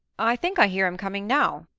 i think i hear him coming now.